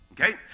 okay